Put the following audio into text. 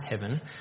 heaven